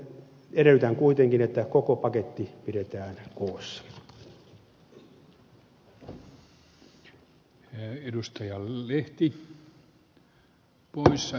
edellytän kuitenkin että koko paketti pidetään koossa